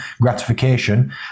gratification